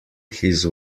his